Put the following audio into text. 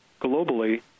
globally